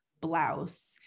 blouse